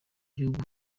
gihugu